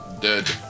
Dead